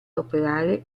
operare